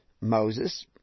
Moses